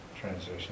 transition